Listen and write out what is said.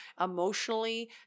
emotionally